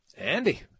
Andy